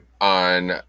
on